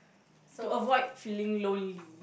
to avoid feeling lonely